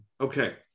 Okay